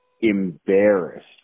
embarrassed